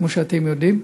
כמו שאתם יודעים.